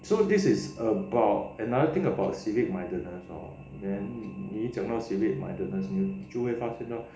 so this is about another thing about civic mindedness as well then 你一讲到 civic mindedness 就会发现到